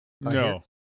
No